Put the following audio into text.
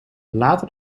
later